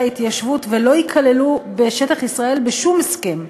ההתיישבות ולא ייכללו בשטח ישראל בשום הסכם,